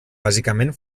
bàsicament